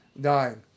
dying